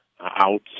out